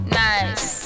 nice